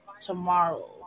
tomorrow